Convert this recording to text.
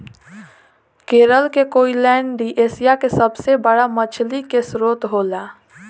केरल के कोईलैण्डी एशिया के सबसे बड़ा मछली के स्त्रोत होला